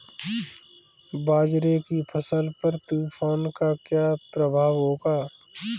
बाजरे की फसल पर तूफान का क्या प्रभाव होगा?